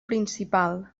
principal